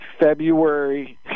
February